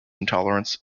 intolerance